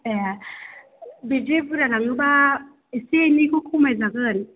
ए बिदि बुरजा लाङोबा एसे एनैखौ खमाय जागोन